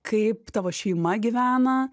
kaip tavo šeima gyvena